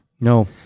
No